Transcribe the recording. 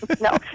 No